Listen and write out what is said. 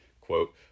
quote